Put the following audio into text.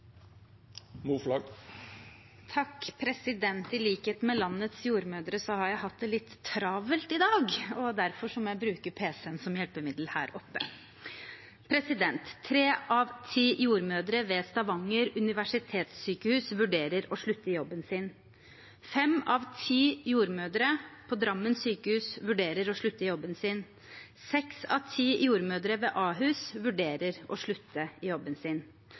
mindretallets syn. I likhet med landets jordmødre har jeg hatt det litt travelt i dag, derfor må jeg bruke pc-en som hjelpemiddel her oppe. Tre av ti jordmødre ved Stavanger universitetssykehus vurderer å slutte i jobben sin. Fem av ti jordmødre på Drammen sykehus vurderer å slutte i jobben sin. Seks av ti jordmødre ved Ahus vurderer å slutte i jobben sin.